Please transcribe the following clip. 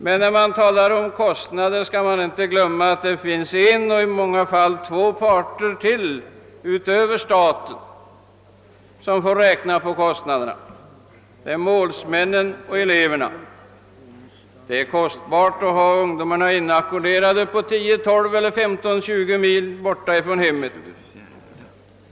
Men när man talar om kostnader, skall man inte glömma bort att det finns en och många gånger två parter till utöver staten som får räkna med kostnaderna: målsmännen och eleverna. Det är kostbart att ha ungdomarna inackorderade 10—212 eller 15—20 mil borta från hemmet.